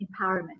Empowerment